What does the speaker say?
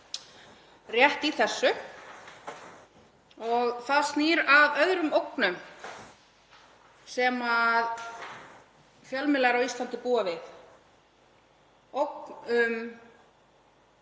rétt í þessu og það snýr að öðrum ógnum sem fjölmiðlar á Íslandi búa við,